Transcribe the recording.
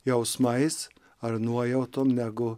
jausmais ar nuojautom negu